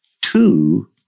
two